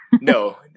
No